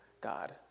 God